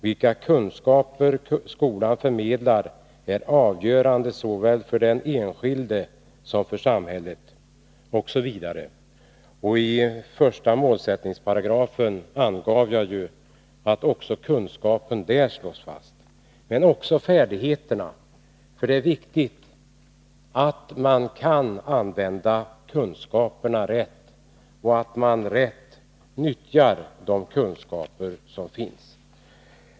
Vilka kunskaper skolan förmedlar är avgörande såväl för den enskilde som för samhället.” Jag angav ju att vikten av kunskaper också slås fast i första målsättningsparagrafen. Men det gäller också färdigheterna. Det är viktigt att man kan använda kunskaperna — och att man rätt nyttjar de kunskaper man har.